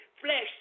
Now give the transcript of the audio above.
flesh